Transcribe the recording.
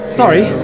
sorry